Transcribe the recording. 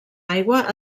aigua